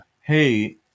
hey